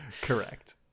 Correct